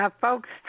folks